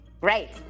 Great